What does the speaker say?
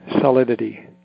solidity